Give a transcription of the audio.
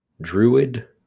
druid